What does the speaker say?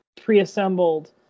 pre-assembled